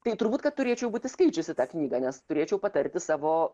tai turbūt kad turėčiau būti skaičiusi tą knygą nes turėčiau patarti savo